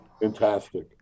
fantastic